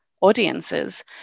audiences